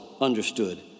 understood